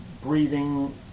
breathing